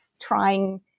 trying